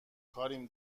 کاریم